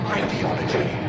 ideology